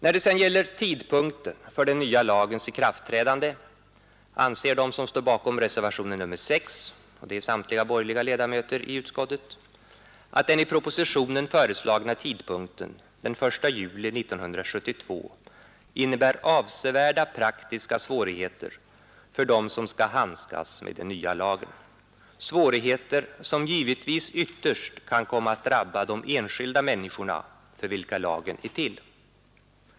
När det sedan gäller tidpunkten för den nya lagens ikraftträdande anser de som står bakom reservationen 6 — det är samtliga borgerliga ledamöter i utskottet — att den i propositionen föreslagna tidpunkten, den 1 juli 1972, innebär avsevärda praktiska svårigheter för dem som skall handskas med den nya lagen, svårigheter som givetvis ytterst kan komma att drabba de enskilda människorna, för vilka lagen är tillkom men.